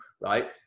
Right